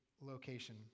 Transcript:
location